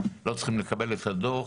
לא צריכים לקבל את הדוח